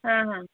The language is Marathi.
हां हां